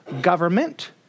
government